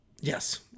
Yes